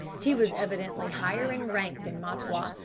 he was evidently higher in rank than mahtawa,